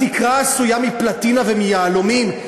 התקרה עשויה מפלטינה ומיהלומים?